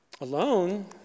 Alone